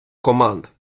команд